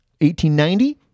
1890